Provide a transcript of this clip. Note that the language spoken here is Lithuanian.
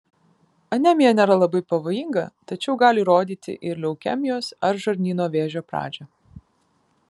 anemija nėra labai pavojinga tačiau gali rodyti ir leukemijos ar žarnyno vėžio pradžią